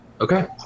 Okay